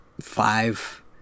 five